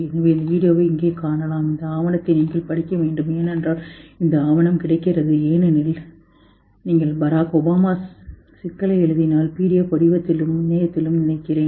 எனவே இந்த வீடியோவை இங்கே காணலாம் இந்த ஆவணத்தை நீங்கள் படிக்க வேண்டும் ஏனென்றால் இந்த ஆவணம் கிடைக்கிறது ஏனெனில் நீங்கள் பராக் ஒபாமா சிக்கலை எழுதினால் PDF வடிவத்திலும் இணையத்திலும் நினைக்கிறேன்